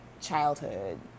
childhood